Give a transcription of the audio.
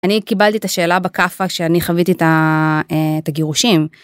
אני קיבלתי את השאלה בכאפה כשאני חוויתי את הגירושים.